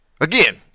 Again